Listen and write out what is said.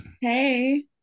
Hey